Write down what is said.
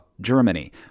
Germany